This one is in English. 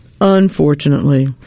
unfortunately